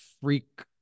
freak